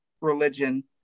religion